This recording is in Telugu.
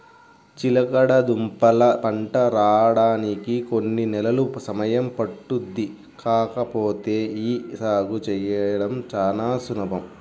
చిలకడదుంపల పంట రాడానికి కొన్ని నెలలు సమయం పట్టుద్ది కాకపోతే యీ సాగు చేయడం చానా సులభం